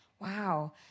wow